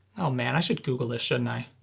oh man i should google this, shouldn't i?